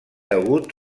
hagut